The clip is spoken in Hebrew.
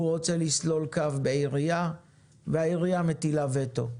הוא רוצה לסלול קו בעירייה והעירייה מטילה וטו.